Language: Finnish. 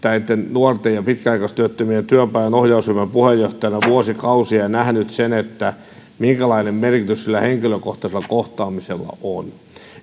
nuorten ja pitkäaikaistyöttömien työpajan ohjausryhmän puheenjohtajana vuosikausia ja nähnyt minkälainen merkitys sillä henkilökohtaisella kohtaamisella on